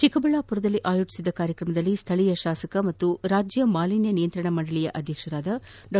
ಚಿಕ್ಕಬಳ್ಳಾಪುರದಲ್ಲಿ ಆಯೋಜಿಸಿದ್ದ ಕಾರ್ಯಕ್ರಮದಲ್ಲಿ ಸ್ಥೀಯ ಶಾಸಕ ಹಾಗೂ ರಾಜ್ಯ ಮಾಲಿನ್ಯ ನಿಯಂತ್ರಣ ಮಂಡಳಿ ಅಧ್ಯಕ್ಷ ಡಾ